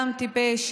גם טיפש,